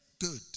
Good